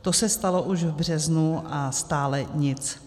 To se stalo už v březnu, a stále nic.